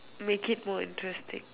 make it more interesting